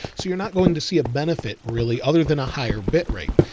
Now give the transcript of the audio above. so you're not going to see a benefit really, other than a higher bit rate.